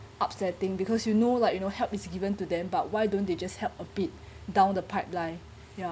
upsetting because you know like you know help is given to them but why don't they just help a bit down the pipeline ya